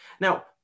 Now